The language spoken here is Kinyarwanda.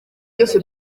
byose